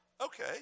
Okay